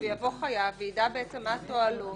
שיבוא חייב ויידע מה התועלות,